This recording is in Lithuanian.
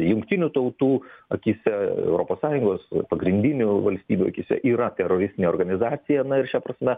jungtinių tautų akyse europos sąjungos pagrindinių valstybių akyse yra teroristinė organizacija na ir šia prasme